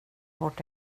vårt